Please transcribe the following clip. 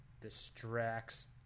distracts